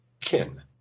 kin